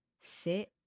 sit